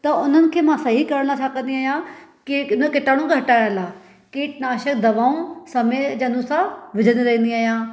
त हुननि खे मां सही करणु छा कंदी आहियां की किन कीटाणु हटाइण लाइ कीट नाशक दवाऊं समय जे अनुसार विझंदी रहंदी आहियां